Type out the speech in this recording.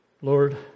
Lord